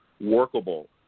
workable